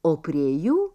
o prie jų